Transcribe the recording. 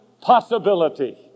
possibility